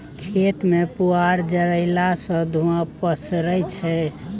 खेत मे पुआर जरएला सँ धुंआ पसरय छै